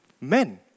men